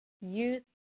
youth